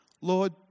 Lord